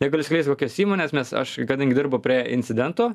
negaliu atskleisti kokios įmonės nes aš kadangi dirbu prie incidentų